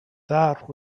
that